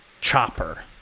chopper